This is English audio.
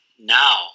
now